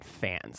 fans